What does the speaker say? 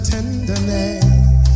Tenderness